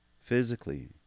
Physically